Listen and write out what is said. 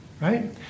right